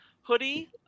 hoodie